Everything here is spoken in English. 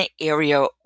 area